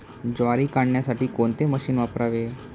ज्वारी काढण्यासाठी कोणते मशीन वापरावे?